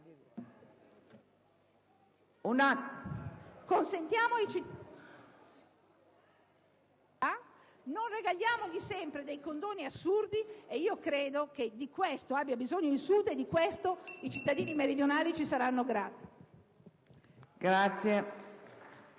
non regaliamo loro sempre dei condoni assurdi. Credo che di questo abbia bisogno il Sud e di questo i cittadini meridionali ci saranno grati.